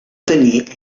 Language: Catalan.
tenir